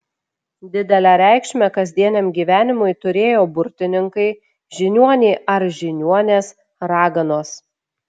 didelę reikšmę kasdieniam gyvenimui turėjo burtininkai žiniuoniai ar žiniuonės raganos